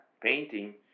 painting